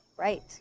Right